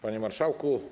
Panie Marszałku!